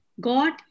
God